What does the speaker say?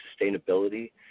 sustainability